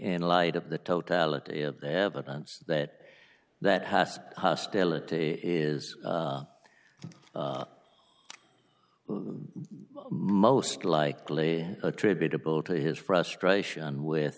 in light of the totality of the evidence that that has hostility is most likely attributable to his frustration with